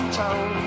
town